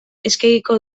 eskegiko